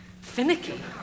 Finicky